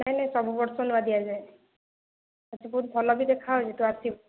ନାଇଁ ନାଇଁ ସବୁ ବର୍ଷ ନୂଆ ଦିଆଯାଏ ସେଇଠି ବହୁତ ଭଲ ବି ଦେଖାଯାଉଛି ତୁ ଆସିବୁ